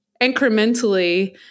incrementally